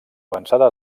avançada